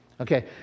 Okay